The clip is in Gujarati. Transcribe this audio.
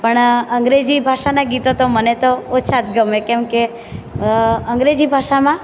પણ અંગ્રેજી ભાષાનાં ગીતો તો મને તો ઓછાં જ ગમે કેમ કે અંગ્રેજી ભાષામાં